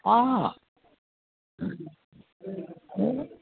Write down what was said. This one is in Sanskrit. आ